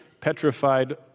petrified